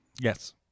Yes